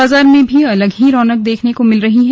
बाजार में भी अलग ही रौनक देखने को मिल रही है